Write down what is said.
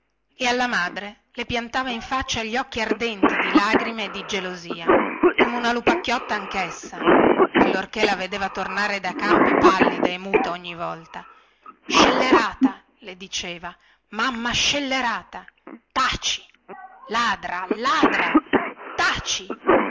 e alla madre le piantava in faccia gli occhi ardenti di lagrime e di gelosia come una lupacchiotta anchessa quando la vedeva tornare da campi pallida e muta ogni volta scellerata le diceva mamma scellerata taci ladra ladra taci